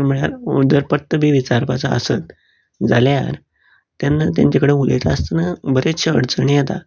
म्हळ्यार जर पत्तो बी विचारपाचो आसात जाल्यार तेन्ना तेंचे कडेन उलयता आसतना बरेचश्यो अडचणी येतात